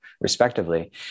respectively